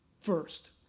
first